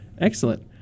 Excellent